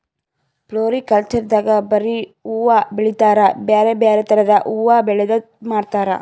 floriculture ದಾಗ್ ಬರಿ ಹೂವಾ ಬೆಳಿತಾರ್ ಬ್ಯಾರೆ ಬ್ಯಾರೆ ಥರದ್ ಹೂವಾ ಬೆಳದ್ ಮಾರ್ತಾರ್